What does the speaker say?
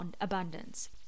abundance